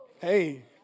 hey